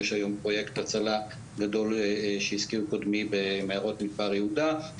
יש היום פרויקט הצלה גדול שהזכיר קודמי במערות מדבר יהודה,